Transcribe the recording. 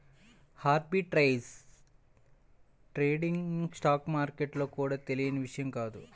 arbitrage trading stock మార్కెట్లలో కూడా తెలియని విషయం కాదు